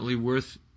worth